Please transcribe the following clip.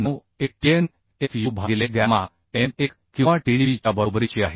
9ATN Fu भागिले gamma m1 किंवा TDB च्या बरोबरीची आहे